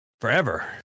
forever